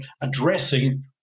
addressing